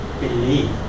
believe